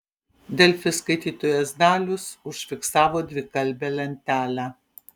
delfi skaitytojas dalius užfiksavo dvikalbę lentelę